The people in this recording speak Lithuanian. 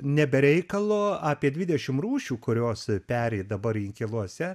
ne be reikalo apie dvidešim rūšių kurios peri dabar inkiluose